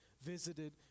visited